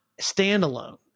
standalone